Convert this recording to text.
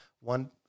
one